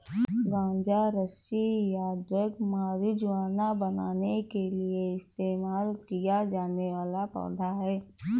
गांजा रस्सी या ड्रग मारिजुआना बनाने के लिए इस्तेमाल किया जाने वाला पौधा है